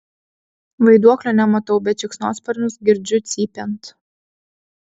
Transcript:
vaiduoklio nematau bet šikšnosparnius girdžiu cypiant